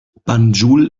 banjul